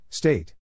State